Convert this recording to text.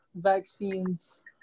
vaccines